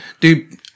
Dude